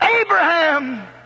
Abraham